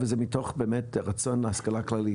וזה באמת מתוך רצון להשכלה כללית.